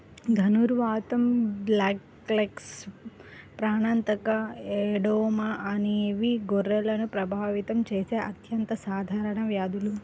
ధనుర్వాతం, బ్లాక్లెగ్, ప్రాణాంతక ఎడెమా అనేవి గొర్రెలను ప్రభావితం చేసే అత్యంత సాధారణ వ్యాధులు